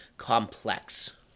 Complex